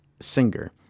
Singer